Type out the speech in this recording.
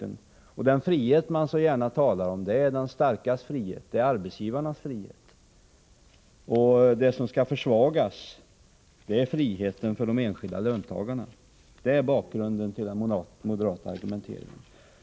Den frihet som moderaterna så gärna talar om är den starkes frihet, arbetsgivarnas frihet. Det som skall inskränkas är friheten för de enskilda löntagarna. Det är bakgrunden till den moderata argumenteringen.